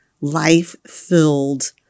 life-filled